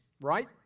right